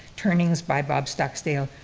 turnings by bob stocksdale,